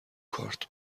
کارت